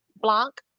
Blanc